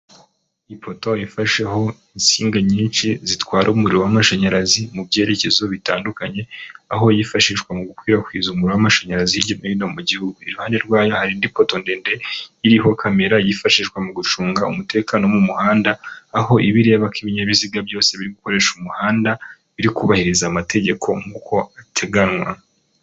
Ipoto yafasheho insinga nyinshi, zitwara umuriro w'amashanyarazi mu byerekezo bitandukanye, aho yifashishwa mu gukwirakwiza umuriro w'amashanyarazi hirya no hino mu gihugu. Iruhande rwayo haridi poto ndende, iriho kamera yifashishwa mu gucunga umutekano wo mu muhanda, aho ibireba ko ibinyabiziga byose biri gukoresha umuhanda, biri kubahiriza amategeko nk'uko abiteganywa.